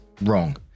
wrong